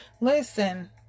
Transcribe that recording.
Listen